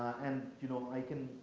and you know i can,